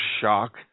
shock